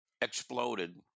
exploded